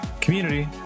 community